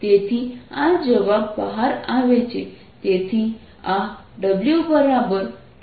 તેથી આ જવાબ બહાર આવે છે